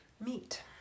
meet